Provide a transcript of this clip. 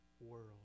world